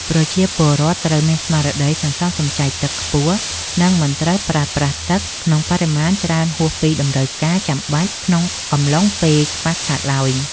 ប្រជាពលរដ្ឋត្រូវមានស្មារតីសន្សំសំចៃទឹកខ្ពស់ និងមិនត្រូវប្រើប្រាស់ទឹកក្នុងបរិមាណច្រើនហួសពីតម្រូវការចាំបាច់ក្នុងកំឡុងពេលខ្វះខាតឡើយ។